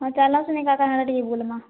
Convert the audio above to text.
ହଁ ଚାଲ ସିନିକା ଟିକେ ବୁଲ୍ମା